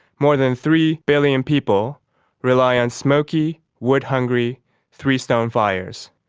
more than three billion people rely on smoky, wood-hungry three-stone fires.